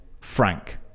Frank